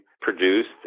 produced